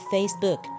Facebook